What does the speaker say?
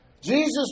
Jesus